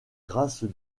grâces